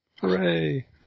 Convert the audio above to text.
Hooray